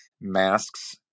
masks